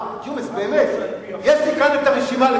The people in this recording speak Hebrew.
יש לי כאן הרשימה.